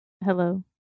Hello